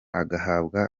agahabwa